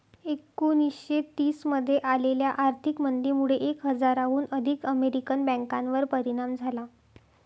एकोणीसशे तीस मध्ये आलेल्या आर्थिक मंदीमुळे एक हजाराहून अधिक अमेरिकन बँकांवर परिणाम झाला